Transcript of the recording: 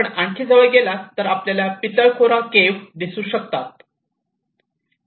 आपण आणखी जवळ गेलात आपल्याला पितळखोरा केव्ह दिसू शकतात